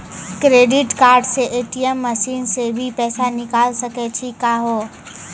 Credit card से ATM machine से भी पैसा निकल सकै छि का हो?